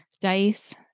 Dice